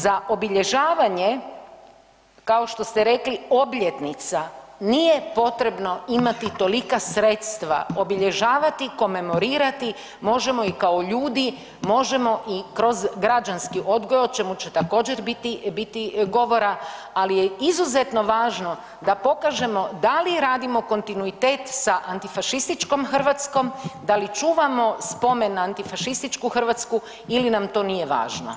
Za obilježavanje, kao što ste rekli, obljetnica, nije potrebno imati tolika sredstva, obilježavati, komemorirati možemo i kao ljudi, možemo i kroz građanski odgoj, o čemu će također, biti govora, ali je izuzetno važno da pokažemo da li radimo kontinuitet sa antifašističkom Hrvatskom, da li čuvamo spomen na antifašističku Hrvatsku ili nam to nije važno.